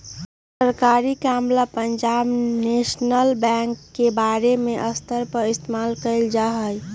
सरकारी काम ला पंजाब नैशनल बैंक के बडे स्तर पर इस्तेमाल कइल जा हई